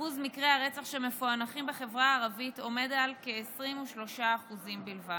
אחוז מקרי הרצח שמפוענחים בחברה הערבית עומד על כ-23% בלבד,